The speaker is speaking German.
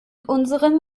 unserem